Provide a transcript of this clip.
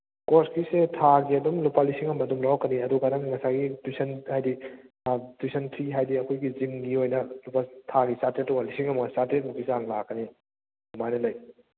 ꯀꯣꯔꯁꯀꯤꯁꯦ ꯊꯥꯒꯤ ꯑꯗꯨꯝ ꯂꯨꯄꯥ ꯂꯤꯁꯤꯡ ꯑꯃ ꯑꯗꯨꯝ ꯂꯧꯔꯛꯀꯅꯤ ꯑꯗꯨꯒ ꯅꯪꯅ ꯉꯁꯥꯏꯒꯤ ꯇ꯭ꯌꯨꯁꯟ ꯍꯥꯏꯗꯤ ꯇ꯭ꯌꯨꯁꯟ ꯐꯤ ꯍꯥꯏꯗꯤ ꯑꯩꯈꯣꯏꯒꯤ ꯖꯤꯝꯒꯤ ꯑꯣꯏꯅ ꯂꯨꯄꯥ ꯊꯥꯒꯤ ꯆꯥꯇ꯭ꯔꯦꯠꯇꯣ ꯂꯨꯄꯥ ꯂꯤꯁꯤꯡ ꯑꯃꯒ ꯆꯥꯇ꯭ꯔꯦꯠ ꯃꯨꯛꯀꯤ ꯆꯥꯡ ꯂꯥꯛꯀꯅꯤ ꯑꯗꯨꯃꯥꯏꯅ ꯂꯩ